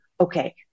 okay